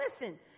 listen